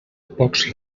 pocs